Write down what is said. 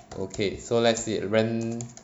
okay so let's see ran~